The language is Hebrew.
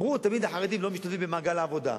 אמרו תמיד: החרדים לא משתתפים במעגל העבודה.